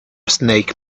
snake